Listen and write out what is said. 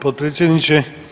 potpredsjedniče.